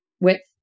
width